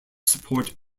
support